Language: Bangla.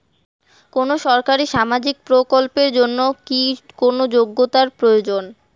কোনো সরকারি সামাজিক প্রকল্পের জন্য কি কোনো যোগ্যতার প্রয়োজন?